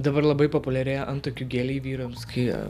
dabar labai populiarėja antakių geliai vyrams kai